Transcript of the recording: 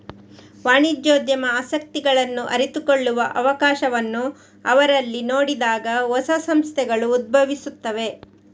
ವಾಣಿಜ್ಯೋದ್ಯಮ ಆಸಕ್ತಿಗಳನ್ನು ಅರಿತುಕೊಳ್ಳುವ ಅವಕಾಶವನ್ನು ಅವರಲ್ಲಿ ನೋಡಿದಾಗ ಹೊಸ ಸಂಸ್ಥೆಗಳು ಉದ್ಭವಿಸುತ್ತವೆ